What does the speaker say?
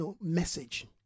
message